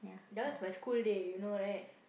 that one is my school day you know right